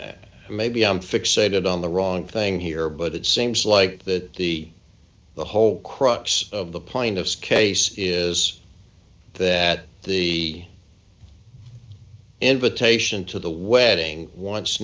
the maybe i'm fixated on the wrong thing here but it seems like that the whole crux of the point of case is that the invitation to the wedding once